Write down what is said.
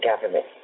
government